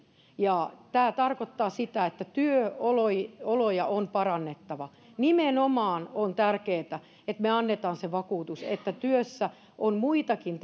ja tämä tarkoittaa sitä että työoloja on parannettava nimenomaan on tärkeätä että me annamme sen vakuutuksen että työssä on muitakin